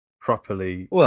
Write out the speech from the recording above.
properly